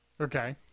Okay